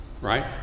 Right